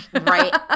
right